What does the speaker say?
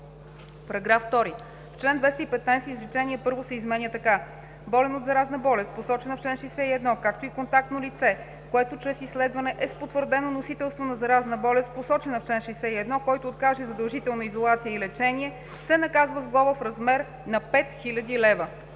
§ 2. В чл. 215 изречение първо се изменя така: „Болен от заразна болест, посочена в чл. 61, както и контактно лице, което чрез изследване е с потвърдено носителство на заразна болест, посочена в чл. 61, който откаже задължителна изолация и лечение, се наказва с глоба в размер на 5000 лв.“